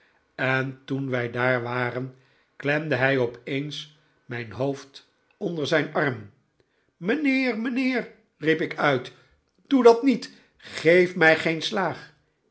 en toen wij daar waren klemde hij opeens mijn hoofd onder zijn arm mijnheer mijnheer riep ik uit doe dat niet geef mij geen slaag